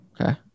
Okay